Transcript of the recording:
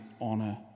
honor